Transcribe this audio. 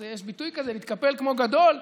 יש ביטוי כזה להתקפל כמו גדול?